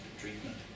treatment